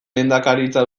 lehendakaritza